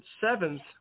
seventh